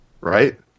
right